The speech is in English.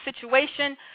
situation